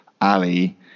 Ali